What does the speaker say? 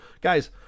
Guys